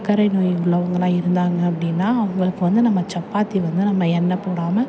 சக்கரை நோய் உள்ளவங்களாக இருந்தாங்க அப்படினா அவங்களுக்கு வந்து நம்ம சப்பாத்தி வந்து நம்ம எண்ணெய் போடாமல்